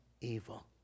evil